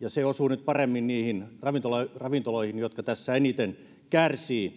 ja se osuu nyt paremmin niihin ravintoloihin jotka tässä eniten kärsivät